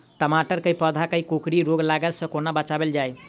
टमाटर केँ पौधा केँ कोकरी रोग लागै सऽ कोना बचाएल जाएँ?